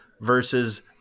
versus